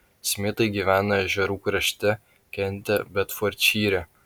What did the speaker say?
smitai gyvena ežerų krašte kente bedfordšyre